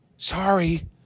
sorry